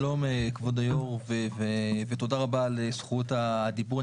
שלום כבוד היו"ר ותודה רבה על זכות הדיבור.